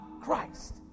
Christ